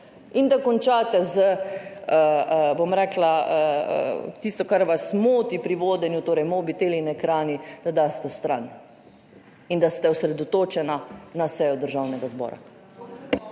in da končate s tistim, kar vas moti pri vodenju, torej mobiteli in ekrani, da jih daste na stran in da ste osredotočeni na sejo Državnega zbora.